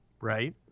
right